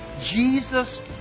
Jesus